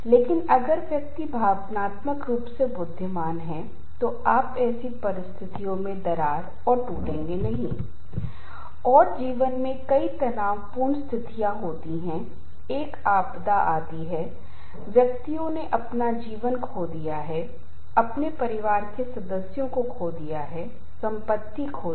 इसलिए इन सभी संगठनात्मक कारकों के कारण भी तनाव पैदा होता है और आपके पास एक नौकरी भी है मृत रेखा और समय लक्ष्य तय किया जाता है लेकिन नौकरी इतनी अधिक है कि निर्धारित समय के भीतर पूरा नहीं होगा